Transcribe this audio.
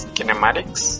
Kinematics